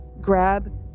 grab